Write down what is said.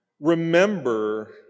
Remember